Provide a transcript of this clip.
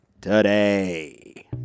today